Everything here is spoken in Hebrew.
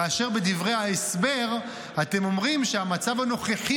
כאשר בדברי ההסבר אתם אומרים שהמצב הנוכחי